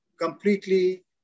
completely